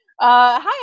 hi